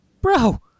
bro